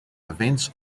events